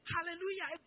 Hallelujah